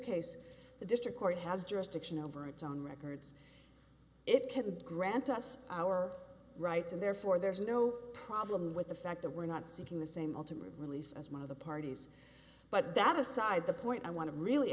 jurisdiction over its own records it can grant us our rights and therefore there's no problem with the fact that we're not seeking the same ultimate release as one of the parties but that aside the point i want to really